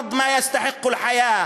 האדמה הזאת יש בשביל מה לחיות.